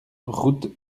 route